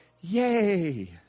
yay